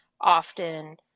often